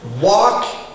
walk